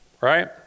right